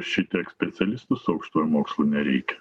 šitiek specialistų su aukštuoju mokslu nereikia